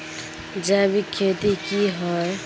जैविक खेती की होय?